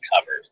covered